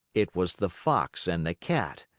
it was the fox and the cat,